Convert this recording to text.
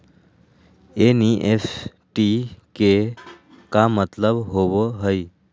NEFT के का मतलव होव हई?